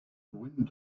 wind